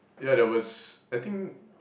ya there was I think